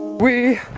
we.